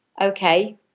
Okay